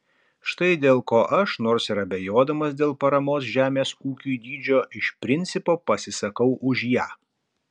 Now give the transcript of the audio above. štai dėl ko aš nors ir abejodamas dėl paramos žemės ūkiui dydžio iš principo pasisakau už ją